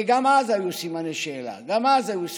וגם אז היו סימני שאלה, גם אז היו ספקות.